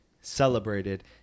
Celebrated